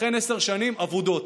לכן, עשר שנים אבודות.